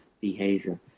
behavior